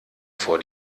vor